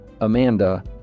Amanda